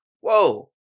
whoa